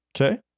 Okay